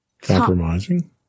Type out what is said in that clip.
compromising